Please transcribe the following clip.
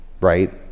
right